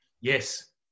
Yes